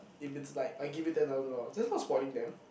if it's like I give you ten thousand dollars that's not spoiling them